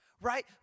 right